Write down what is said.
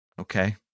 okay